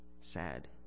sad